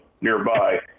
nearby